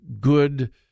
good